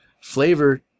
flavor